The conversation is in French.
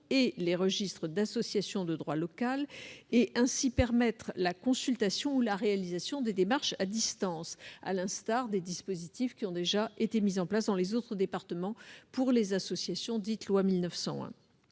et du registre des associations coopératives de droit local. On permettra ainsi la consultation ou la réalisation des démarches à distance, à l'instar des dispositifs qui ont déjà été mis en place dans les autres départements pour les associations dites « loi 1901 ».